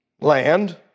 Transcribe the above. land